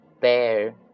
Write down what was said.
Bear